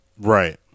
right